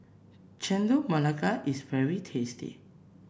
Chendol Melaka is very tasty